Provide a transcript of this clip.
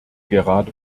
gerade